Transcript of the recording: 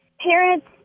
parents